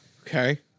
Okay